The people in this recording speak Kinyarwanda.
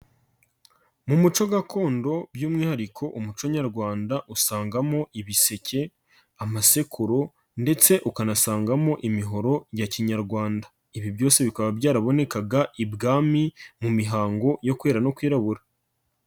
Mu muco gakondo by'umwihariko umuco nyarwanda usangamo ibiseke, amasekuru ndetse ukanasangamo imihoro ya kinyarwanda, ibi byose bikaba byarabonekaga ibwami mu mihango yo kwera no kwirabura.